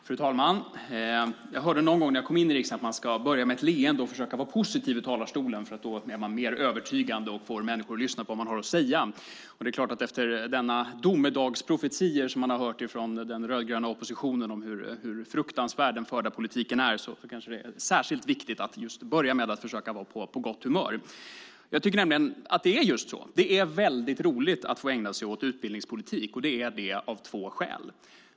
Fru talman! Jag hörde när jag kom in i riksdagen att man ska försöka börja med ett leende och vara positiv när man kommer upp i talarstolen, för då är man mer övertygande och får människor att lyssna på vad man har att säga. Efter de domedagsprofetior som vi nu har fått höra från den rödgröna oppositionen om hur fruktansvärd den förda politiken är, är det kanske särskilt viktigt att börja med att försöka vara på gott humör. Jag tycker nämligen att det är väldigt roligt att ägna sig åt utbildningspolitik, och det av två skäl.